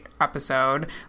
episode